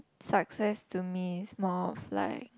success to me is more of like